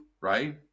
Right